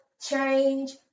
change